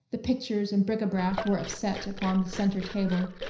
the pictures and bric-a-brac were upset upon the centre table.